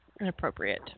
inappropriate